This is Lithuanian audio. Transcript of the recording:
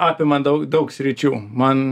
apima daug daug sričių man